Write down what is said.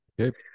Okay